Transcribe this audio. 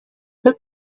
فکر